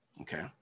Okay